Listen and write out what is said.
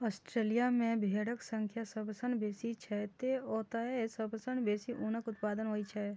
Australia मे भेड़क संख्या सबसं बेसी छै, तें ओतय सबसं बेसी ऊनक उत्पादन होइ छै